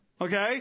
Okay